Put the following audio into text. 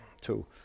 Two